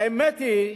האמת היא,